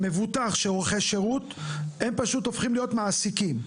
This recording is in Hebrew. זכאי השירות הופכים להיות מעסיקים.